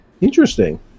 Interesting